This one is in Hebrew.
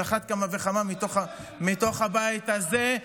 על אחת כמה וכמה מתוך הבית הזה,